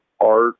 art